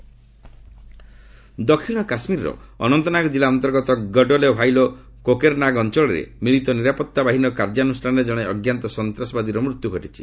J and K terrorist killed ଦକ୍ଷିଣ କାଶ୍ମୀରର ଅନନ୍ତନାଗ ଜିଲ୍ଲା ଅନ୍ତର୍ଗତ ଗଡୋଲେ ଭାଇଲୋ କୋକେରନାଗ ଅଞ୍ଚଳରେ ମିଳିତ ନିରାପତ୍ତା ବାହିନୀର କାର୍ଯ୍ୟାନୁଷ୍ଠାନରେ ଜଣେ ଅଜ୍ଞାତ ସନ୍ତାସବାଦୀର ମୃତ୍ୟୁ ଘଟିଛି